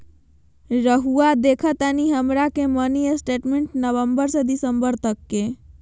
रहुआ देखतानी हमरा के मिनी स्टेटमेंट नवंबर से दिसंबर तक?